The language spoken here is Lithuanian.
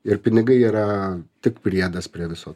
ir pinigai yra tik priedas prie viso